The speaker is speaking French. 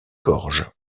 gorges